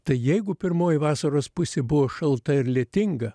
tai jeigu pirmoji vasaros pusė buvo šalta ir lietinga